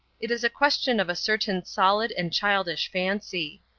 it is a question of a certain solid and childish fancy.